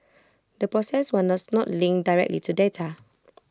the process was not linked directly to data